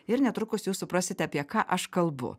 ir netrukus jūs suprasite apie ką aš kalbu